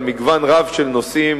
על מגוון רב של נושאים,